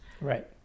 Right